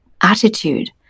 attitude